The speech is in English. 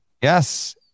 Yes